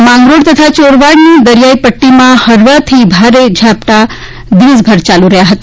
માંગરોળ તથા ચોરવાડની દરિયાઇ પટ્ટીમાં હળવા ભારે ઝાપટાં દિવસભર ચાલુ રહ્યાં છે